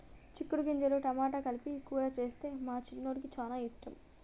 చిక్కుడు గింజలు టమాటా కలిపి కూర చేస్తే మా చిన్నోడికి చాల ఇష్టం